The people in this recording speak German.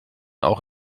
auch